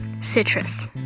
citrus